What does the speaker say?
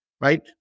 right